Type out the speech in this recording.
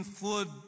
food